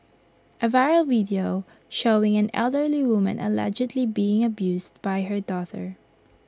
A viral video showing an elderly woman allegedly being abused by her daughter